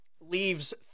leaves